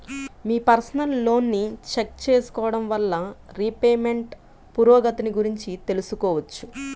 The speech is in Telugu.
మీ పర్సనల్ లోన్ని చెక్ చేసుకోడం వల్ల రీపేమెంట్ పురోగతిని గురించి తెలుసుకోవచ్చు